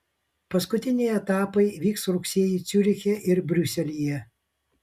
paskutiniai etapai vyks rugsėjį ciuriche ir briuselyje